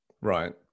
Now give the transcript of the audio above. right